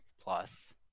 plus